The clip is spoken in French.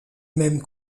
même